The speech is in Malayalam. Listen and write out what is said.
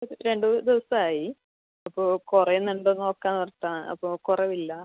ഇത് രണ്ട് മൂന്ന് ദിവസം ആയി അപ്പോൾ കുറയുന്നുണ്ടോ നോക്കാം എന്ന് ഓർത്താണ് അപ്പോൾ കുറവില്ല